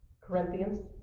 Corinthians